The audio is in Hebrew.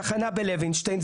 תחנה בלוינשטיין,